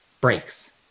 breaks